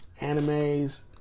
animes